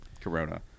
Corona